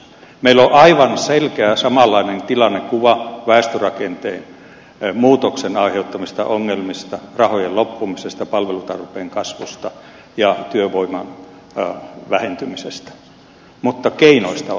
meillä on aivan selkeä ja samanlainen tilannekuva väestörakenteen muutoksen aiheuttamista ongelmista rahojen loppumisesta palvelutarpeen kasvusta ja työvoiman vähentymisestä mutta keinoista olemme eri mieltä